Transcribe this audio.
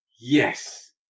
Yes